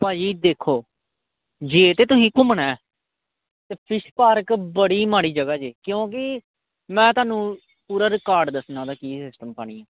ਭਾਅ ਜੀ ਦੇਖੋ ਜੇ ਤਾਂ ਤੁਸੀਂ ਘੁੰਮਣਾ ਤਾਂ ਫਿਸ਼ ਪਾਰਕ ਬੜੀ ਮਾੜੀ ਜਗ੍ਹਾ ਜੇ ਕਿਉਂਕਿ ਮੈਂ ਤੁਹਾਨੂੰ ਪੂਰਾ ਰਿਕਾਰਡ ਦੱਸਣਾ ਉਹਦਾ ਕੀ ਸਿਸਟਮ ਪਾਣੀ ਆ